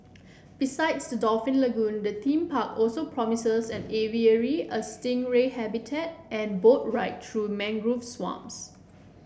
besides the dolphin lagoon the theme park also promises an aviary a stingray habitat and boat ride through mangrove swamps